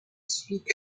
suis